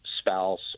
spouse